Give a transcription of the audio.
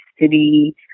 City